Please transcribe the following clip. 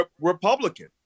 Republican